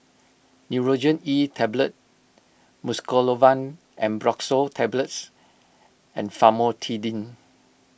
Nurogen E Tablet Mucosolvan Ambroxol Tablets and Famotidine